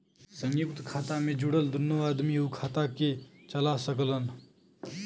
संयुक्त खाता मे जुड़ल दुन्नो आदमी उ खाता के चला सकलन